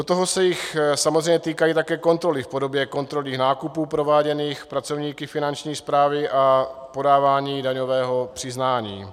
Do toho se jich samozřejmě týkají také kontroly v podobě kontrolních nákupů prováděných pracovníky Finanční správy a podávání daňového přiznání.